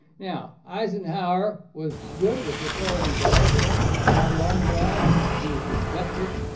now, eisenhower was good with authority below him, he got along well. he was respected.